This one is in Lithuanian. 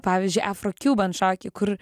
pavyzdžiui afro kiuban šokiai kur